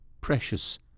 precious